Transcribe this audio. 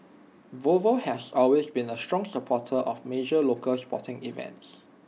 Volvo has always been A strong supporter of major local sporting events